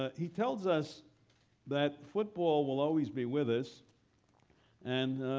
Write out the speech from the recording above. ah he tells us that football will always be with us and